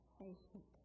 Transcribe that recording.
patient